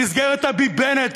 במסגרת ה"ביבנט",